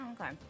Okay